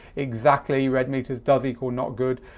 exactly, red metres does equal not good.